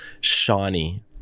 shiny